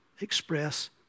express